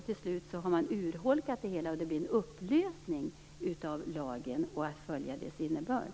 Till slut har man urholkat det hela, och det blir en upplösning av lagen och en upplösning när det gäller att följa dess innebörd.